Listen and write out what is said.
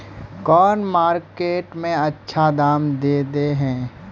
कौन मार्केट में अच्छा दाम दे है?